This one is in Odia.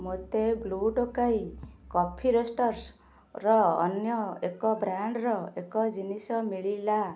ମୋତେ ବ୍ଲୁ ଟୋକାଇ କଫି ରୋଷ୍ଟର୍ସ୍ର ଅନ୍ୟ ଏକ ବ୍ରାଣ୍ଡ୍ର ଏକ ଜିନିଷ ମିଳିଲା